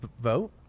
vote